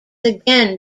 again